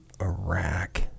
Iraq